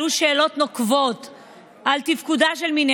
אם אפשר לקרוא שוב בשמות חברי הכנסת שלא הצביעו.